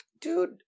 dude